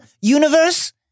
universe